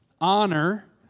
Honor